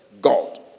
God